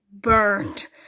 burned